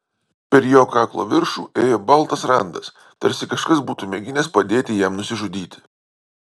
per jo kaklo viršų ėjo baltas randas tarsi kažkas būtų mėginęs padėti jam nusižudyti